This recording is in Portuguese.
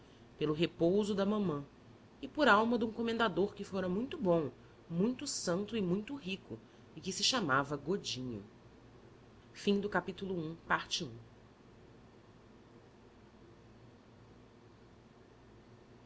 pelo repouso da mamã e por alma de um comendador que fora muito bom muito santo e muito rico o que se chamava godinho